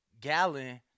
gallon